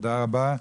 תודה רבה.